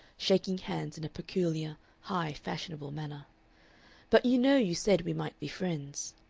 shaking hands in a peculiar, high, fashionable manner but you know you said we might be friends.